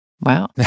Wow